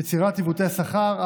יצירת עיוותי שכר,